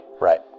right